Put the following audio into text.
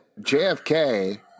JFK